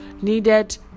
needed